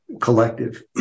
collective